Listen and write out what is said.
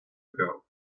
ago